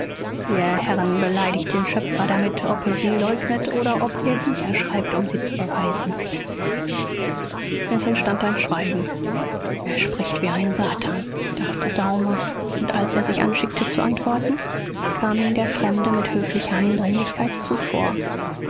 ihr herren beleidigt den schöpfer damit ob ihr sie leugnet oder ob ihr bücher schreibt um sie zu beweisen es entstand ein schweigen er spricht wie ein satan dachte daumer und als er sich anschickte zu antworten kam ihm der fremde mit höflicher eindringlichkeit zuvor